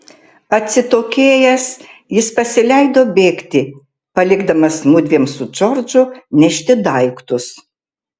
atsitokėjęs jis pasileido bėgti palikdamas mudviem su džordžu nešti daiktus